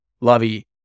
Lovey